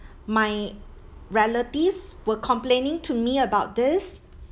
my relatives were complaining to me about this